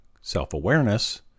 self-awareness